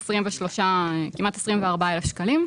בערך היום 23, כמעט 24,000 שקלים,